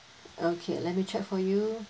okay let me check for you